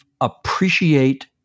appreciate